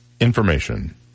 information